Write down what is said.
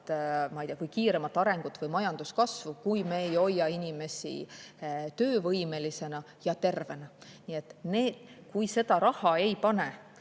ma ei tea, kiiremat arengut või majanduskasvu, kui me ei hoia inimesi töövõimelisena ja tervena. Nii et kui seda